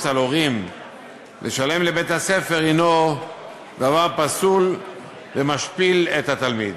על הורים לשלם לבית-הספר הוא רעיון פסול ומשפיל את התלמיד,